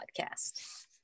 podcast